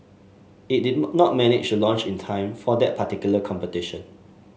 it did not manage to launch in time for that particular competition